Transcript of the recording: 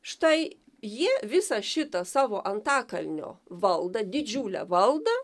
štai jie visą šitą savo antakalnio valdą didžiulę valdą